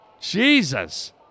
Jesus